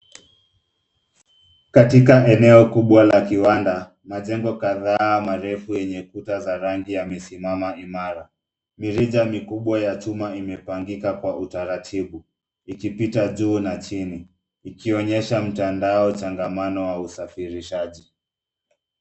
Katika eneo kubwa la kiwanda, majengo kadhaa marefu yenye kuta za rangi yamesimama imara. Mirija mikubwa ya chuma imepangika kwa utaratibu ikipita juu na chini ikionyesha mtandao changamano wa usafirishaji.